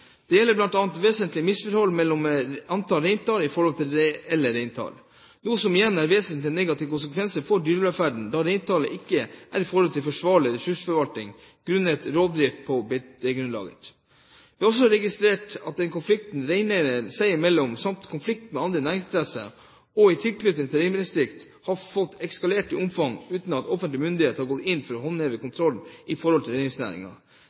Dette gjelder bl.a. vesentlig misforhold mellom tillatt reintall og reelt reintall, noe som igjen får vesentlige, negative konsekvenser for dyrevelferden, da reintallet ikke er i samsvar med forsvarlig ressursforvaltning, grunnet rovdrift på beitegrunnlaget. Vi har også registrert at konflikten reineiere seg imellom samt konflikten med andre næringsinteresser i og i tilknytning til reinbeitedistrikter har fått eskalere, uten at offentlige myndigheter har gått inn for å